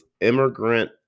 immigrant